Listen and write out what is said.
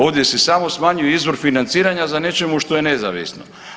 Ovdje se samo smanjuje izvor financiranja na nečemu što je nezavisno.